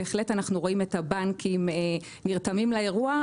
בהחלט אנחנו רואים את הבנקים נרתמים לאירוע,